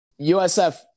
USF